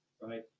right